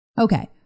Okay